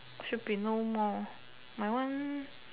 should be no more my one